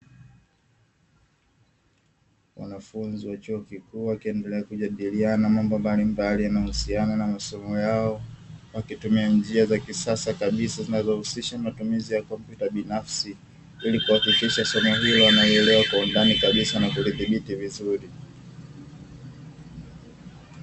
Wanafunzi wa chuo kikuu wakiendelea kujadiliana mambo mbalimbali yanayohusiana na masomo yao. Wakitumia njia za kisasa kabisa zinazohusisha matumizi ya kompyuta binafsi, ili kuhakikisha somo hilo wanalielewa kwa undaji kabisa na kulilidhibiti vizuri.